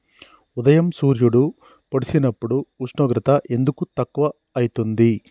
ఉదయం సూర్యుడు పొడిసినప్పుడు ఉష్ణోగ్రత ఎందుకు తక్కువ ఐతుంది?